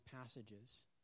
passages